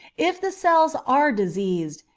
if the cells are diseased,